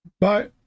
Bye